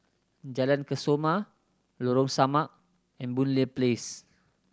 Jalan Kesoma Lorong Samak and Boon Lay Place